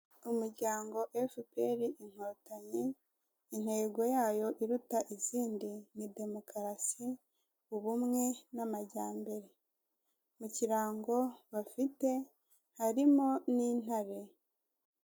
Umuryango Efuperi inkotanyi intego yayo iruta izindi ni demokarasi, ubumwe n'amajyambere, mu kirango bafite harimo n'intare.